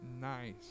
Nice